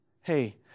hey